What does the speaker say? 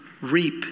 reap